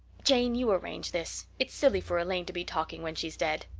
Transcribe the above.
jane, you arrange this. it's silly for elaine to be talking when she's dead.